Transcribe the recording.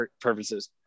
purposes